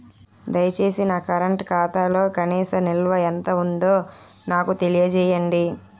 దయచేసి నా కరెంట్ ఖాతాలో కనీస నిల్వ ఎంత ఉందో నాకు తెలియజేయండి